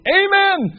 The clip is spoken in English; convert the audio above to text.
amen